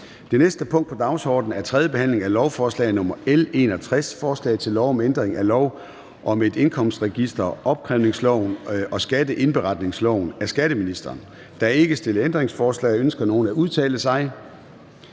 Det næste punkt på dagsordenen er: 4) 3. behandling af lovforslag nr. L 61: Forslag til lov om ændring af lov om et indkomstregister, opkrævningsloven og skatteindberetningsloven. (Sanktionstiltag omfattet af tredje etape af reform af skattekontrollen).